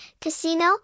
casino